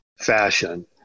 fashion